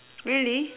really